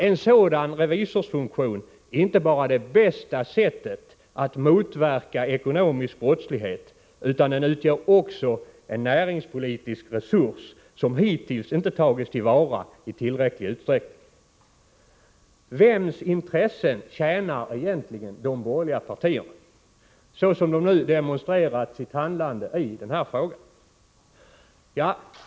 En sådan revisorsfunktion är inte bara det bästa sättet att motverka ekonomisk brottslighet, utan den utgör också en näringspolitisk resurs, som hittills inte tagits till vara i tillräcklig utsträckning. Vems intressen tjänar egentligen de borgerliga partiernas handlande i den här frågan?